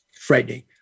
frightening